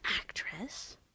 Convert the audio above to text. actress